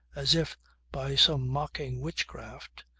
as if by some mocking witchcraft,